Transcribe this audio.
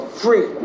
free